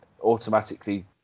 automatically